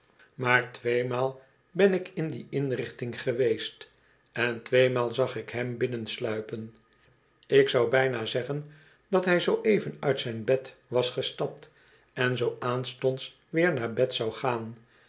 maar tweemaal ben ik in die inrichting geweest en tweemaal zag ik hem binnensluipen ik zou bijna zeggen dat hij zoo even uit zijn bed was gestapt en zoo aanstonds weer naar bed zou gaan